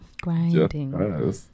Grinding